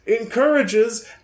encourages